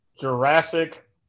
Jurassic